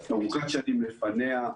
ארוכת שנים לפניה,